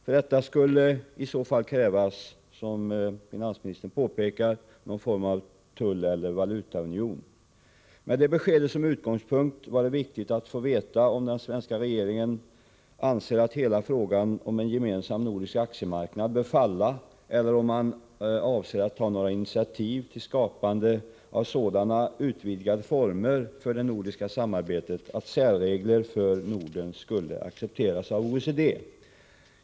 För att åstadkomma detta skulle det krävas — som finansministern påpekar — någon form av tulleller valutaunion. Med det beskedet som utgångspunkt är det således viktigt att få veta dels om den svenska regeringen anser att hela frågan om en gemensam nordisk aktiemarknad bör falla, dels om man avser att ta några initiativ när det gäller skapandet av sådana utvidgade former för det nordiska samarbetet att särregler för Norden skulle accepteras av OECD.